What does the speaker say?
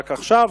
רק עכשיו,